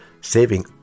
Saving